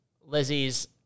Lizzie's